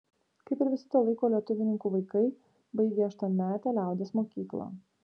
kaip ir visi to laiko lietuvininkų vaikai baigė aštuonmetę liaudies mokyklą